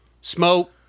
smoke